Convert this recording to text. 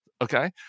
okay